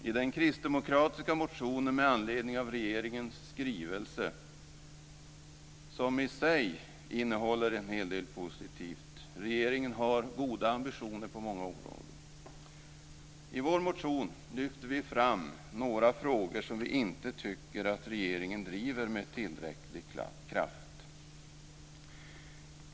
I den kristdemokratiska motionen med anledning av regeringens skrivelse, som i sig innehåller en hel del positivt - regeringen har goda ambitioner på många områden - lyfter vi fram några frågor som vi inte tycker att regeringen driver med tillräcklig kraft.